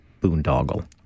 boondoggle